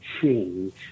change